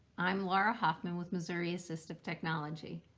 i'm laura hoffman with missouri assistive technology.